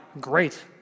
Great